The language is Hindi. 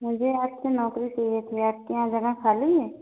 मुझे आपके यहाँ नौकरी चाहिए थी आपके यहाँ जगह खाली है